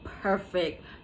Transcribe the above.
perfect